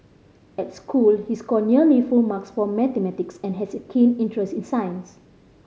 at school he score nearly full marks for mathematics and has a keen interest in science